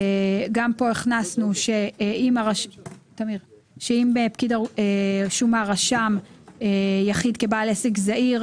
גם כאן הכנסנו שאם פקיד השומה רשם יחיד כבעל עסק זעיר,